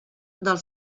del